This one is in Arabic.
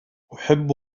أحب